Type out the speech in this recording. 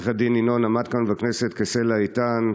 עו"ד ינון עמד כאן בכנסת כסלע איתן,